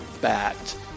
bat